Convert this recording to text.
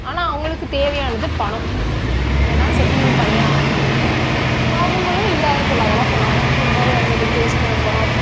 ஆனால் அவங்களுக்கு தேவையானது பணம் ஏன்னா செட்டில்மெண்ட் பண்ணியே ஆகணும் அவங்களுக்கு அவங்களும் இல்லாதது பொல்லாததுலாம் சொன்னாங்க இது மாதிரி வந்தது கேஸ் போடப் போகிறோம்